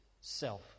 self